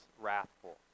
wrathful